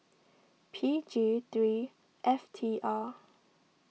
P G three F T R